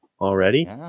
already